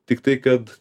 tiktai kad